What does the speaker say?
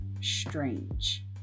strange